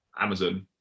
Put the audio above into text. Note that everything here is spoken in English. Amazon